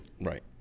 Right